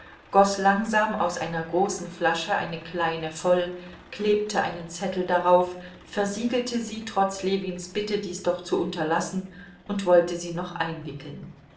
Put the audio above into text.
langsam aus einer großen flasche eine kleine voll klebte einen zettel darauf versiegelte sie trotz ljewins bitte dies doch zu unterlassen und wollte sie noch einwickeln